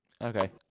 okay